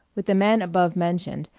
with the man above mentioned,